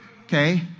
Okay